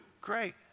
Great